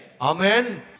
Amen